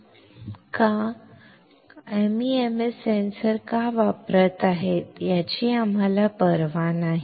नाही अजिबात नाही MEMS सेन्सर का वापरत आहे याची आम्हाला पर्वा नाही